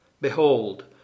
Behold